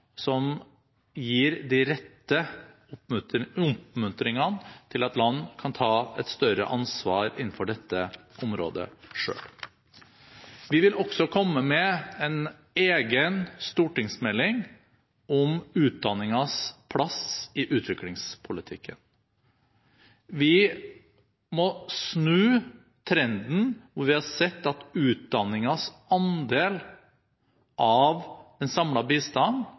som gir de rette oppmuntringene til at land kan ta et større ansvar innenfor dette området selv. Vi vil også komme med en egen stortingsmelding om utdanningens plass i utviklingspolitikken. Vi må snu trenden hvor vi har sett at utdanningens andel av den